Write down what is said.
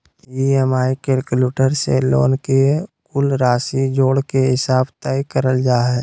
EMI calculator से loan के कुल राशि जोड़ के हिसाब तय करल जा हय